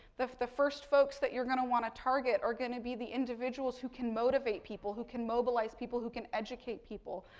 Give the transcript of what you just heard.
the the first folks that you're going to want to target are going to be the individuals who can motivate people who can mobilize people, who can educate people.